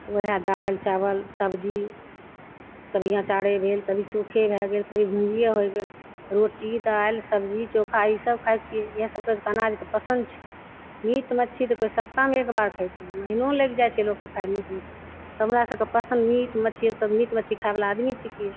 उएह दालि चावल सब्जी कभी अचारे भेल कभी चोखे भए गेल कभी भुजिये होय गेल रोटी दालि सब्जी चोखा ई सब खाय छियै इएहे सबके अनाजके पसन्द छै मीट मछली तऽ कोइ सप्ताहमे एक बार खेतय महीनो लागि जाइ छै लोकके खायमे मीट मछली तऽ हमरा सबके पसन्द मीट मछली सब मीट मछली खायवला आदमी छिकियै